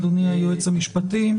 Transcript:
אדוני היועץ המשפטי.